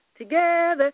Together